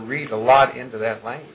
read a lot into that li